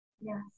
Yes